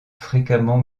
fréquemment